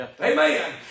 Amen